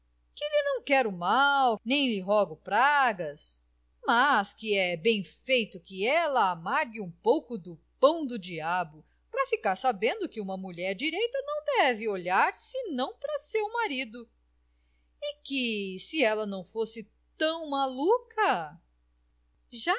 lhe não quero mal nem lhe rogo pragas mas que é bem feito que ela amargue um pouco do pão do diabo pra ficar sabendo que uma mulher direita não deve olhar se não pra seu marido e que se ela não fosse tão maluca